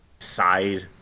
side